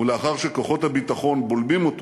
ולאחר שכוחות הביטחון בולמים אותו